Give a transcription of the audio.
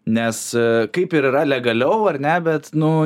nes kaip ir yra legaliau ar ne bet nu